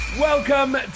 Welcome